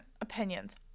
opinions